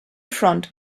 front